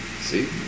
See